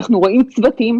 אנחנו רואים צוותים,